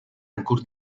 ancora